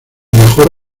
mejor